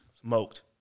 Smoked